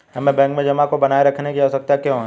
हमें बैंक में जमा को बनाए रखने की आवश्यकता क्यों है?